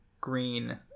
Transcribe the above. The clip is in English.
green